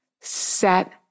Set